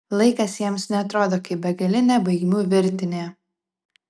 laikas jiems neatrodo kaip begalinė baigmių virtinė